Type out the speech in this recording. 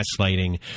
gaslighting